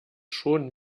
schon